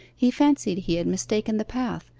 he fancied he had mistaken the path,